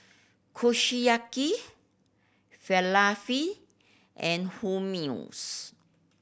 Kushiyaki Falafel and Hummus